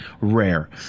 Rare